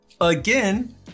Again